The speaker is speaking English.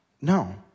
No